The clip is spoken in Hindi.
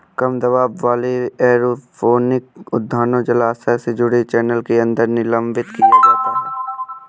कम दबाव वाले एरोपोनिक उद्यानों जलाशय से जुड़े चैनल के अंदर निलंबित किया जाता है